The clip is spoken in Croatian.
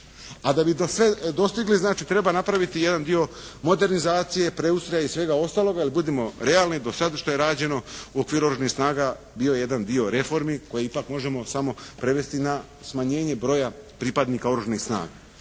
A da bi to sve dostigli znači treba napraviti jedan dio modernizacije, preustroja i svega ostaloga, jer budimo realni do sada što je rađeno u okviru oružanih snaga bio je jedan dio reformi koji ipak možemo samo prevesti na smanjenje broja pripadnika oružanih snaga.